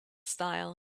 style